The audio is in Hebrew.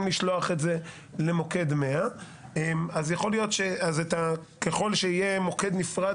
לשלוח את זה למוקד 100. אז יכול להיות שככל שיהיה מוקד נפרד